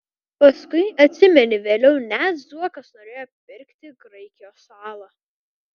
paskui atsimeni vėliau net zuokas norėjo pirkti graikijos salą